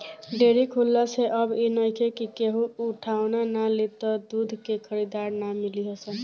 dairy खुलला से अब इ नइखे कि केहू उठवाना ना लि त दूध के खरीदार ना मिली हन